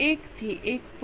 1 થી 1